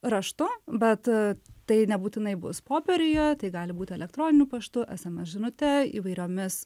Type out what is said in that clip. raštu bet tai nebūtinai bus popieriuje tai gali būti elektroniniu paštu sms žinute įvairiomis